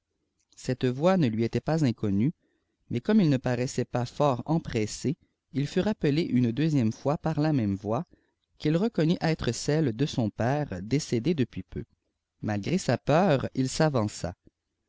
cette voîx ne lui était pas inconnue mais comme il ne paraissait pas fort empressé il fut rappelé une deuxième fois par la même voix qu'il reconnut être celle de son père décédé depuis peu malé sa peur il s'avança